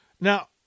Now